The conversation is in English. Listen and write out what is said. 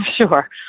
Sure